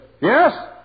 yes